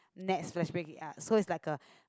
nets flash pay c~ so it's like a